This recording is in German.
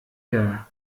der